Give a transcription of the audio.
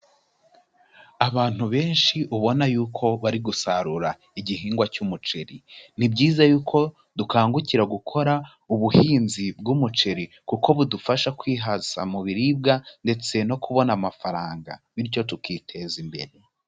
Abantu benshi ubona yuko bari gusarura igihingwa cy'umuceri, ni byiza yuko dukangukira gukora ubuhinzi bw'umuceri kuko budufasha kwihaza mu biribwa ndetse no kubona amafaranga bityo tukiteza imbere.